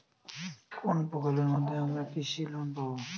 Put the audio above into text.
কোন প্রকল্পের মাধ্যমে আমরা কৃষি লোন পাবো?